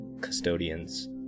custodians